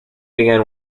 began